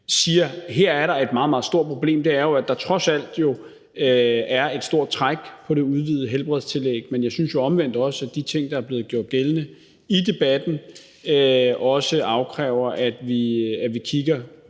siger, at her er der et meget, meget stort problem. Der er jo trods alt stadig et stort træk på det udvidede helbredstillæg, men jeg synes jo omvendt også, at de ting, der er blevet gjort gældende i debatten, afkræver, at vi kigger